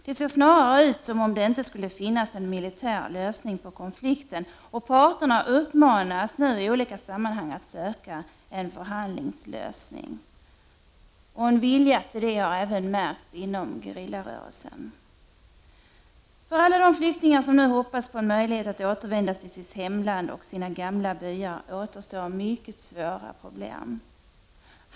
Det ser snarare ut som om det inte skulle finnas en militär lösning på konflikten, och parterna uppmanas nu i olika sammanhang att söka en förhandlingslösning. En vilja till en sådan lösning har även märkts inom gerillarörelsen. För alla de flyktingar, som nu hoppas på en möjlighet att återvända till sitt hemland och sina gamla byar, återstår mycket svåra problem.